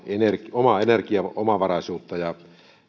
omaa energiaomavaraisuuttamme ja